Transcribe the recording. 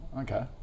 Okay